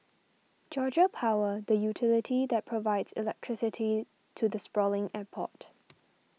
Georgia Power the utility that provides electricity to the sprawling airport